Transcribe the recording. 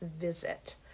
visit